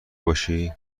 باشی